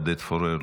עודד פורר,